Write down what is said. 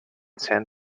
san